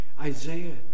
Isaiah